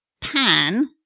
pan